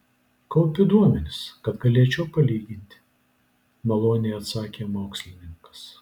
kaupiu duomenis kad galėčiau palyginti maloniai atsakė mokslininkas